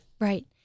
Right